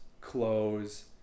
clothes